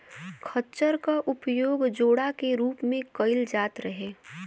खच्चर क उपयोग जोड़ा के रूप में कैईल जात रहे